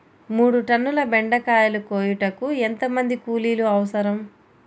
మూడు టన్నుల బెండకాయలు కోయుటకు ఎంత మంది కూలీలు అవసరం?